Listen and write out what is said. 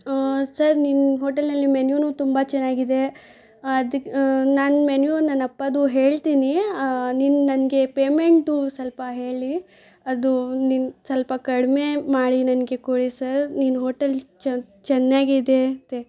sir ನಿನ್ನ ಹೋಟೆಲ್ನಲ್ಲಿ ಮೆನ್ಯುನೂ ತುಂಬ ಚೆನ್ನಾಗಿದೆ ಅದ್ಕೆ ನಾನು ಮೆನ್ಯೂ ನನ್ನಪ್ಪದು ಹೇಳ್ತೀನಿ ನಿನ್ನ ನನಗೆ ಪೇಮೆಂಟು ಸ್ವಲ್ಪ ಹೇಳಿ ಅದು ನಿನ್ನ ಸ್ವಲ್ಪ ಕಡಿಮೆ ಮಾಡಿ ನನಗೆ ಕೊಡಿ ಸರ್ ನೀನು ಹೋಟೆಲ್ ಚೆನ್ನಾಗಿ ಇದೆ ಅಂತೆ